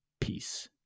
peace